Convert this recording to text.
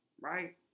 right